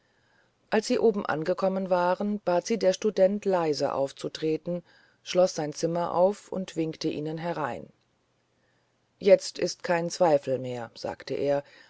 als sie oben angekommen waren bat sie der student leise aufzutreten schloß sein zimmer auf und winkte ihnen herein jetzt ist kein zweifel mehr sagte er